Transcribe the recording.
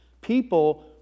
People